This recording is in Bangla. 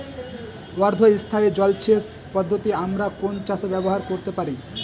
অর্ধ স্থায়ী জলসেচ পদ্ধতি আমরা কোন চাষে ব্যবহার করতে পারি?